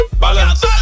balance